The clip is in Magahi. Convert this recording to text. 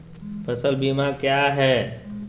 फ़सल बीमा क्या है?